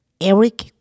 Eric